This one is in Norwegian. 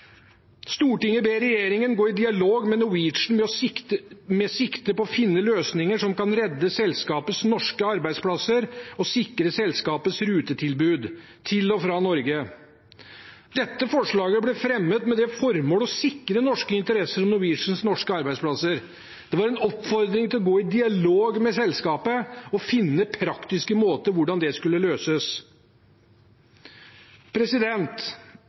ber regjeringen gå i dialog med Norwegian med sikte på å finne løsninger som kan redde selskapets norske arbeidsplasser og sikre selskapets rutetilbud i og til/fra Norge.» Dette forslaget ble fremmet med det formål å sikre norske interesser, som Norwegians norske arbeidsplasser. Det var en oppfordring til å gå i dialog med selskapet og finne praktiske måter for hvordan det skulle løses.